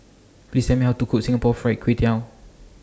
Please Tell Me How to Cook Singapore Fried Kway Tiao